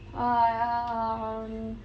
um